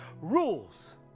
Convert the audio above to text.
rules